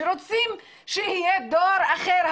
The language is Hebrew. ורוצים שיהיה דור אחר,